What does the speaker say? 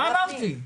מה אמרתי?